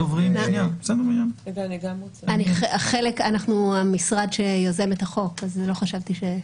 אנחנו המשרד שיוזם את החוק אז לא חשבתי...